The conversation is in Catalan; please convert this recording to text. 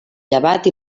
llevat